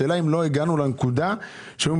השאלה אם לא הגענו לנקודה שבה צריך